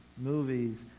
movies